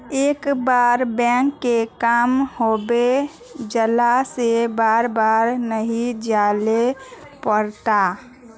एक बार बैंक के काम होबे जाला से बार बार नहीं जाइले पड़ता?